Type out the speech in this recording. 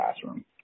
classroom